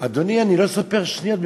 אדוני, אני לא סופר שניות.